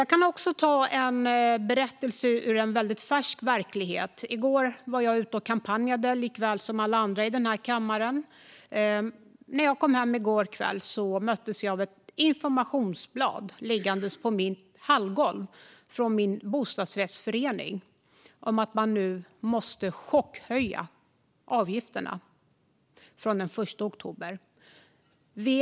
Jag kan också ta en berättelse ur en väldigt färsk verklighet. I går var jag ute och kampanjade, precis som alla andra i den här kammaren. När jag kom hem på kvällen möttes jag på hallgolvet av ett informationsblad från min bostadsrättsförening om att man nu måste chockhöja avgifterna från den 1 oktober.